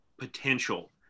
potential